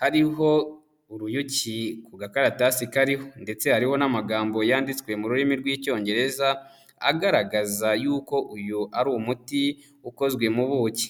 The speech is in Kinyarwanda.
hariho uruyuki ku gakaratasi kariho ndetse hariho n'amagambo yanditswe mu rurimi rw'Icyongereza, agaragaza y'uko uyu ari umuti ukozwe mu buki.